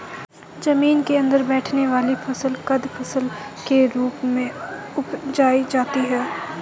जमीन के अंदर बैठने वाली फसल कंद फसल के रूप में उपजायी जाती है